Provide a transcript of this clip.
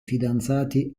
fidanzati